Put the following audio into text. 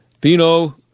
Bino